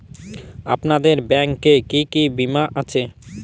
আপনাদের ব্যাংক এ কি কি বীমা আছে?